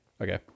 okay